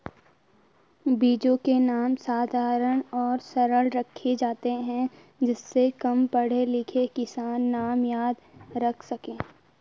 बीजों के नाम साधारण और सरल रखे जाते हैं जिससे कम पढ़े लिखे किसान नाम याद रख सके